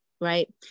right